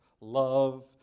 Love